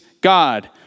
God